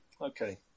Okay